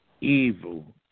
evil